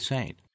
Saint